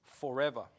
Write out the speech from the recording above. forever